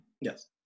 yes